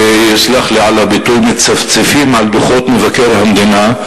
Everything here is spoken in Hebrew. וסלח לי על הביטוי, מצפצפים על דוחות מבקר המדינה.